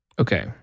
Okay